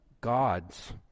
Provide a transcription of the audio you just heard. God's